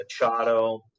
Machado